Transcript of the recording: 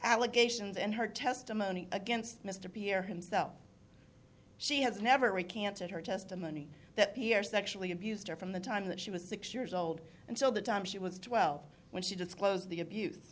allegations and her testimony against mr pierre himself she has never recanted her testimony that p r sexually abused her from the time that she was six years old until the time she was twelve when she disclosed the abuse